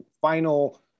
final